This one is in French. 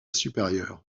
supérieure